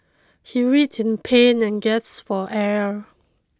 he writhed in pain and gasped for air